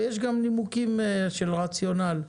יש גם נימוקים של רציונל,